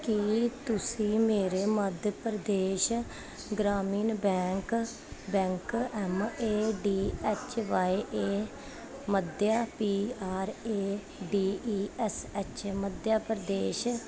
ਕੀ ਤੁਸੀਂਂ ਮੇਰੇ Madhya Pradesh Gramin bank bank M A D H Y A Madhya P R A D E S H Madhya Pradesh